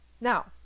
Now